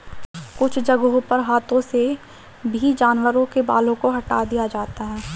कुछ जगहों पर हाथों से भी जानवरों के बालों को हटा दिया जाता है